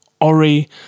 Ori